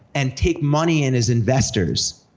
and take money in as investors